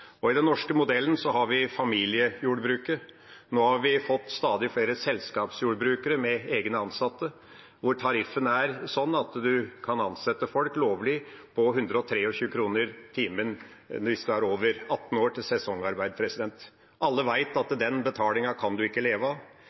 og gårdbrukernes interesser er ivaretatt i et helhetlig samfunnsperspektiv. I den norske modellen har vi familiejordbruket. Vi har fått stadig flere selskapsjordbrukere med egne ansatte, hvor tariffen er sånn at en kan ansette folk lovlig til 123 kr per time, hvis en er over 18 år, til sesongarbeid. Alle vet at en ikke kan leve av